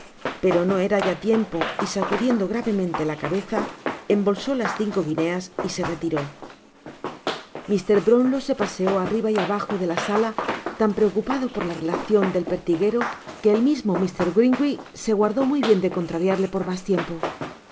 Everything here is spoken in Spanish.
pero no era ya tiempo y sacudiendo gravemente la cabeza embolsó las cinco guineas y se retiró mr brownlow se paseó arriba y abajo de la sala tan preocupado por la relacion del pertiguero que el mismo mr grimwig se guardó bien de contrariarle por mas liempo al